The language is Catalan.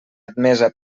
admesa